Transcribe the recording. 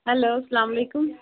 hello اسلام علیکُم